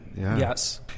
Yes